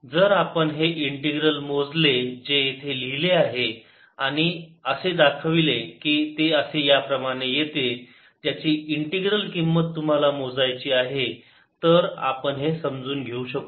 जर आपण हे इंटिग्रल मोजले जे येथे लिहिले आहे आणि असे दाखवले की ते असे याप्रमाणे येते ज्याची इंटीग्रल किंमत तुम्हाला मोजायची आहे तर आपण हे समजून घेऊ शकू